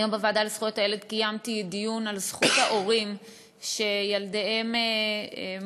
היום בוועדה לזכויות הילד קיימתי דיון על זכות ההורים שילדיהם מועמדים,